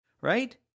right